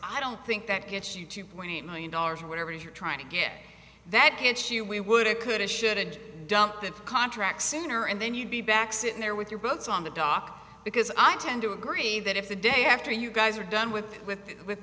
i don't think that gets you two point eight million dollars or whatever you're trying to get that gets you we woulda coulda should dump that contract sooner and then you'd be back sitting there with your boots on the dock because i tend to agree that if the day after you guys are done with with with